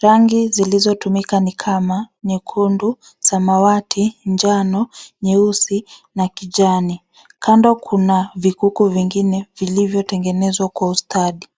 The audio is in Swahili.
Rangi zilizotumika ni kama nyekundu, samawati, njano, nyeusi na kijani. Kando kuna vikuku vingine vilivyotengenezwa kwa ustadi.